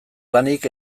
lanik